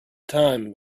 time